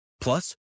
Plus